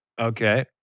Okay